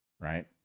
right